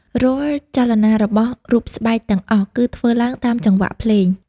រាល់ចលនារបស់រូបស្បែកទាំងអស់គឺធ្វើឡើងតាមចង្វាក់ភ្លេង។